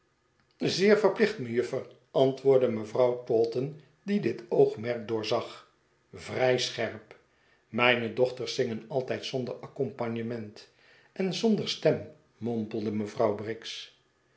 zeer verplicht mejuffer antwoordde mevrouw taunton die dit oogmerk doorzag vrij scherp mijne doehters zingen altijd zonder accompagnement en zonder stem mompelde mevrouw briggs